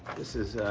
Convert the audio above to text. this is